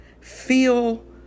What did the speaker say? feel